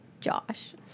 Josh